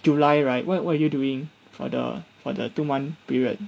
july right what what were you doing for the for the two month period